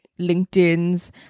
LinkedIn's